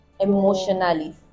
emotionally